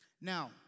Now